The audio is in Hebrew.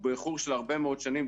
הוא באיחור של הרבה מאוד שנים,